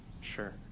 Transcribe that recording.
Sure